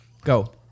Go